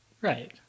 Right